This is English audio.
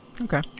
okay